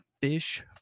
Fish